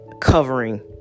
covering